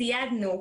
סיידנו.